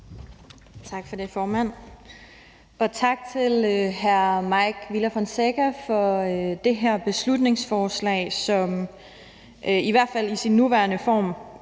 Tak for det, formand. Og tak til hr. Mike Villa Fonseca for det her beslutningsforslag, som i hvert fald i sin nuværende form